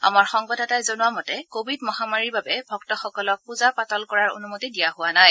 আমাৰ সংবাদদাতাই জনোৱা মতে ক ভিড মহামাৰীৰ বাবে ভক্তসকলক প্জা পাতল কৰাৰ অনুমতি দিয়া হোৱা নাই